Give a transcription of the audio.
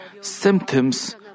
symptoms